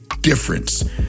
difference